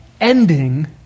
ending